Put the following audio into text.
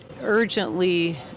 urgently